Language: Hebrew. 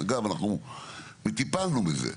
אגב אנחנו טיפלנו בזה,